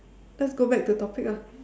let's go back to topic ah